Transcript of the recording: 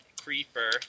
Creeper